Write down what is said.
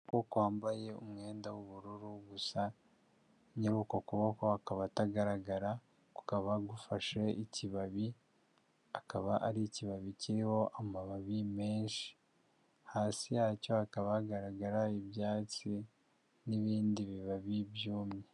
Ukuboko kwambaye umwenda w'ubururu gusa, nyir'uko kuboko akaba atagaragara, kukaba gufashe ikibabi, akaba ari ikibabi kiriho amababi menshi, hasi yacyo hakaba hagaragara ibyatsi n'ibindi bibabi byumye.